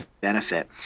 benefit